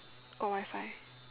got Wi-Fi